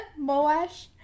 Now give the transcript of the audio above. moash